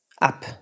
up